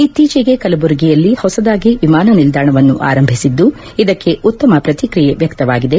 ಇತ್ತೀಚೆಗೆ ಕಲಬುರಗಿಯಲ್ಲಿ ಹೊಸದಾಗಿ ವಿಮಾನ ನಿಲ್ದಾಣವನ್ನು ಆರಂಭಿಸಿದ್ದು ಇದಕ್ಕೆ ಉತ್ತಮ ಪ್ರತಿಕ್ರಿಯೆ ವ್ಯಕ್ತವಾಗಿದೆ